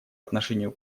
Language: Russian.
отношению